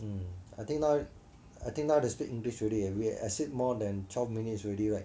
mm I think I think now can speak english already we exceed more than twelve minutes already right